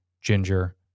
ginger